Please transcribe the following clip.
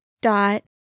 dot